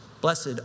Blessed